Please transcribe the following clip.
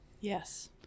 yes